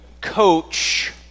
coach